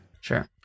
Sure